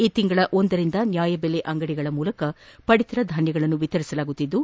ಈ ತಿಂಗಳ ಒಂದರಿಂದ ನ್ಯಾಯಬೆಲೆ ಅಂಗಡಿಗಳ ಮೂಲಕ ಪಡಿತರ ಧಾನ್ಯಗಳನ್ನು ವಿತರಿಸಲಾಗುತ್ತಿದ್ದು